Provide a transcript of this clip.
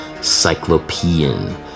cyclopean